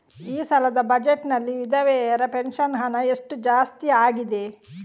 ಈ ಸಲದ ಬಜೆಟ್ ನಲ್ಲಿ ವಿಧವೆರ ಪೆನ್ಷನ್ ಹಣ ಎಷ್ಟು ಜಾಸ್ತಿ ಆಗಿದೆ?